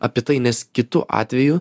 apie tai nes kitu atveju